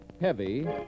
heavy